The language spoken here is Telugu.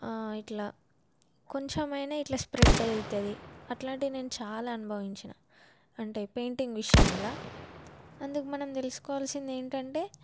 ఇట్లా కొంచెం అయినా ఇట్లా స్ప్రెడ్ అవుతుంది అలాంటి నేను చాలా అనుభవించిన అంటే పెయింటింగ్ విషయంలో అందుకు మనం తెలుసుకోవాల్సింది ఏంటంటే